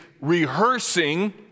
rehearsing